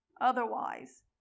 otherwise